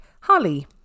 Holly